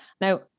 Now